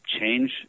change